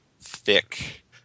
thick